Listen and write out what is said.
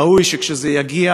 ראוי שכשזה יגיע